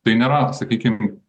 tai nėra sakykim